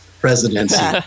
presidency